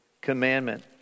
commandment